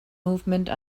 movement